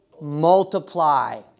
multiply